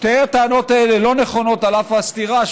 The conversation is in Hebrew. שתי הטענות האלה לא נכונות על אף הסתירה,